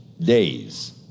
days